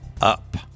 Up